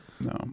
no